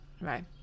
right